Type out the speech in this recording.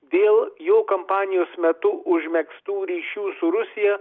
dėl jų kampanijos metu užmegztų ryšių su rusija